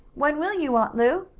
when will you, aunt lu?